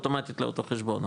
אוטומטית לאותו חשבון,